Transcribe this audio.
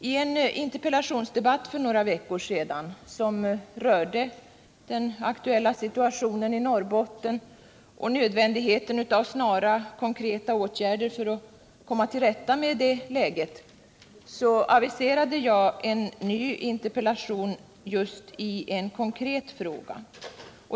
I en interpellationsdebatt för några veckor sedan — som rörde den aktuella situationen i Norrbotten och nödvändigheten av snara konkreta åtgärder för att komma till rätta med läget — aviserade jag en ny interpellation i en konkret fråga.